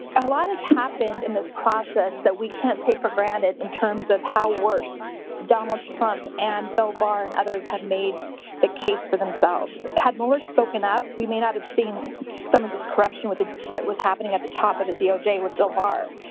a lot has happened in this process that we can't take for granted in terms of how worse donald trump and bill barr and others have made the case for themselves. had mueller spoken up, we may not have seen some of this corruption with ah what was happening at the top of the doj with bill barr.